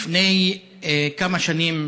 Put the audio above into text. לפני כמה שנים,